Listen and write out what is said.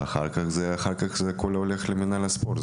ואחר כך הכל הולך למינהל הספורט.